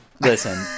Listen